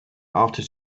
after